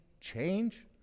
change